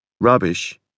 Rubbish